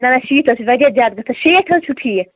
نہ نہ شيٖتھ حظ چھُ واریاہ جادٕ گَژھان شیٹھ حظ چھُ ٹھیٖکھ